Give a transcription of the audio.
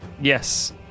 yes